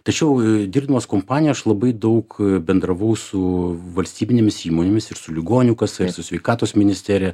tačiau dirbdamas kompanijoj aš labai daug bendravau su valstybinėmis įmonėmis ir su ligonių kasa ir su sveikatos ministerija